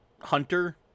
Hunter